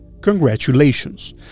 Congratulations